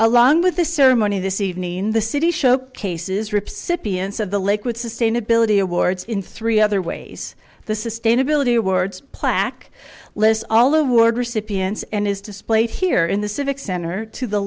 along with the ceremony this evening the city showcases rips it b s of the liquid sustainability awards in three other ways the sustainability awards plaque lists all of ward recipients and is displayed here in the civic center to the